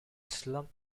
slumped